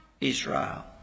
Israel